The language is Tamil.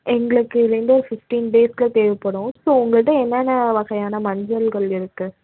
எங்களுக்கு ரெண்டே ஃபிஃப்ட்டின் டேஸ்க்கு தேவைப்படும் ஸோ உங்கள்கிட்ட என்னென்ன வகையான மஞ்சள்கள் இருக்குது